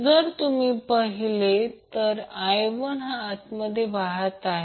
जर तुम्ही पाहिले करंट i1 हा आतमध्ये वाहत आहे